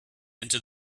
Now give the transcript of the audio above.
into